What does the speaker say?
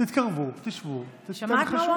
תתקרבו, תשבו, תלחשו.